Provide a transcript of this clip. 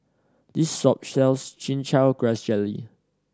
this shop sells Chin Chow Grass Jelly